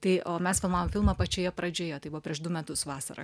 tai o mes filmavom filmą pačioje pradžioje tai buvo prieš du metus vasarą